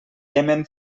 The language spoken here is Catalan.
iemen